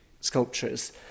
sculptures